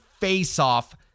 face-off